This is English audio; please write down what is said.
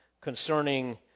concerning